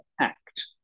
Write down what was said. act